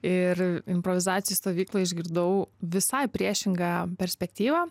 ir improvizacijų stovykloj išgirdau visai priešingą perspektyvą